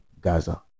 Gaza